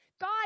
God